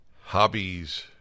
Hobbies